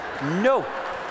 no